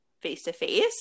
face-to-face